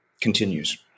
continues